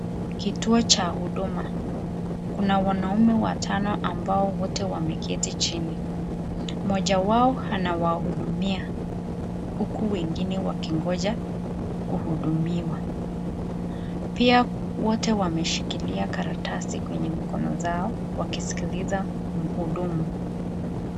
Kituo cha huduma, kuna wanaume watano ambao wote wameketi chini mmoja wao anawahudumia huku wengine wakingoja kuhudumiwa, pia wote wameshikila karatasi kwenye mikono zao wakisikiliza mhudumu.